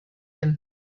him